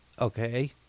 Okay